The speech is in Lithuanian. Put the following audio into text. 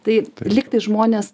tai lyg tai žmonės